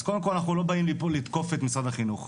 אז קודם כל אנחנו לא באים לפה לתקוף את משרד החינוך.